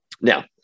Now